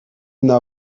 n’a